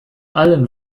allen